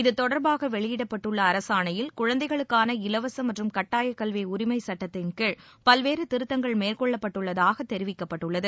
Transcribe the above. இத்தொடர்பாக வெளியிடப்பட்டுள்ள அரசாணையில் குழந்தைகளுக்கான இலவச மற்றும் கட்டாய கல்வி உரிமை சுட்டத்தின்கீழ் பல்வேறு திருத்தங்கள் மேற்கொள்ளப்பட்டுள்ளதாக தெரிவிக்கப்பட்டுள்ளது